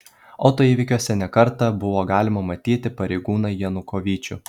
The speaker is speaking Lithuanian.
autoįvykiuose ne kartą buvo galima matyti pareigūną janukovyčių